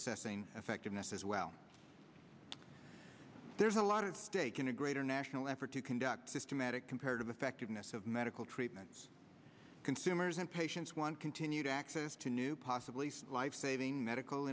assessing effectiveness as well there's a lot at stake in a greater national effort to conduct systematic comparative effectiveness of medical treatments consumers and patients one continue to access to new possibilities life saving medical